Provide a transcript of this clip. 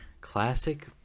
classic